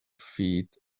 feet